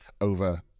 over